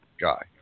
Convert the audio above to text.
guy